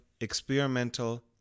experimental